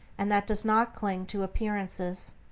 and that does not cling to appearances.